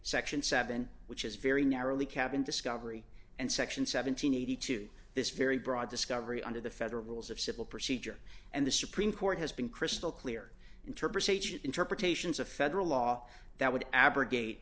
section seven which is very narrowly cabin discovery and section seven hundred and eighty two dollars this very broad discovery under the federal rules of civil procedure and the supreme court has been crystal clear interpretation interpretations of federal law that would abrogate